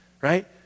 Right